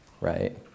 right